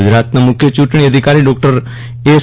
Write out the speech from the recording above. ગુજરાતના મુખ્ય ચૂંટણી અધિકારી ડોક્ટર એસ